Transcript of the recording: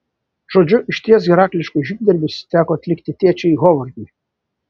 žodžiu išties herakliškus žygdarbius teko atlikti tėčiui hovardui